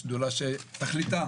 שדולה שהחליטה